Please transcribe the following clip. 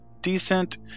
decent